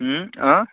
অঁ